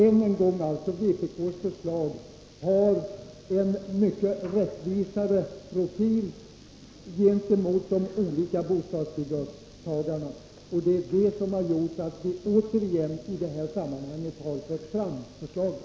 Än en gång: Vpk:s förslag har en mycket rättvisare profil gentemot de olika bostadsbidragstagarna. Det är detta som har gjort att vi igen har fört fram förslagen.